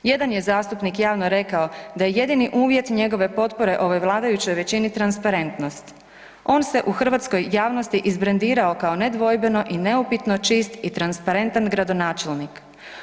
Jedan je zastupnik javno rekao da je jedini uvjet njegove potpore ove vladajuće većine transparentnost, on se u hrvatskoj javnosti izbrendirao kao nedvojbeno i neupitno čist i transparentan gradonačelnik.